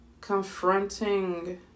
confronting